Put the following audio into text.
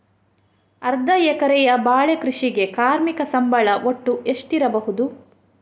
ಅರ್ಧ ಎಕರೆಯ ಬಾಳೆ ಕೃಷಿಗೆ ಕಾರ್ಮಿಕ ಸಂಬಳ ಒಟ್ಟು ಎಷ್ಟಿರಬಹುದು?